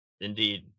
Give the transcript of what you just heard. Indeed